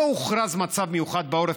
לא הוכרז מצב מיוחד בעורף,